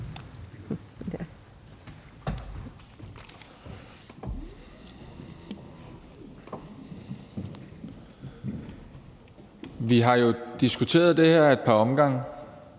Vi har jo diskuteret det her ad et par omgange